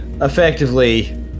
effectively